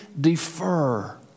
defer